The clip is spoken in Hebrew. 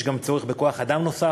יש גם צורך בכוח-אדם נוסף,